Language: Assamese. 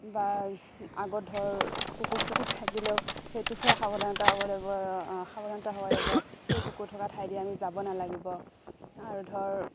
বা আগত ধৰ কুকুৰ চুকুৰ থাকিলেও সেইটো ফুৰা সাৱধানতা হ'ব লাগিব সাৱধানতা হ'ব লাগিব সেই কুকুৰ থকা ঠাইদি আমি যাব নালাগিব আৰু ধৰ